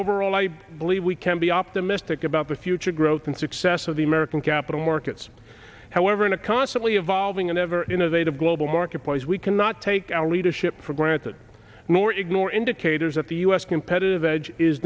overall i believe we can be optimistic about the future growth and success of the american capital markets however in a constantly evolving and ever innovative global marketplace we cannot take our leadership for granted nor ignore indicators that the u s competitive edge is